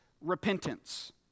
repentance